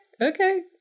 Okay